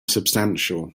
substantial